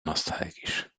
nostalgisch